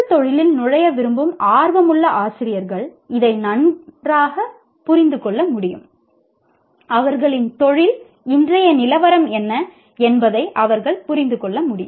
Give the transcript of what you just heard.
கற்பித்தல் தொழிலில் நுழைய விரும்பும் ஆர்வமுள்ள ஆசிரியர்கள் இதை நன்றாக புரிந்து கொள்ள முடியும் அவர்களின் தொழில் இன்றைய நிலவரம் என்ன என்பதை அவர்கள் புரிந்து கொள்ள முடியும்